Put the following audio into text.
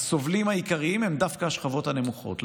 הסובלים העיקריים הם דווקא השכבות הנמוכות.